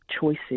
choices